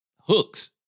hooks